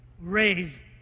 raise